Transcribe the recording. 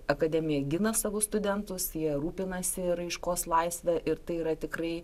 akademija gina savo studentus ji rūpinasi raiškos laisve ir tai yra tikrai